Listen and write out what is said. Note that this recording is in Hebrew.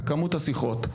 בכמות השיחות,